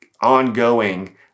ongoing